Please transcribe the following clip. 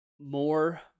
more